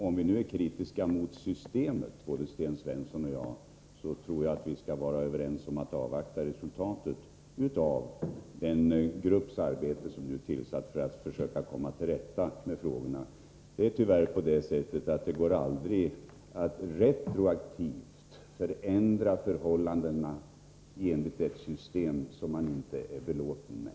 Om vi nu är kritiska mot systemet — både Sten Svensson och jag — tror jag att vi också bör vara överens om att avvakta resultatet av den grupps arbete som nu är tillsatt för att försöka komma till rätta med frågorna. Det är tyvärr på det sättet att det aldrig går att retroaktivt förändra de förhållanden som uppkommit på grund av ett system som man inte är belåten med.